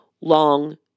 long